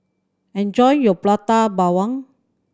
enjoy your Prata Bawang